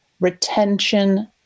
retention